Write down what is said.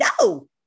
no